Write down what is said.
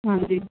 ਹਾਂਜੀ